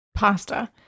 Pasta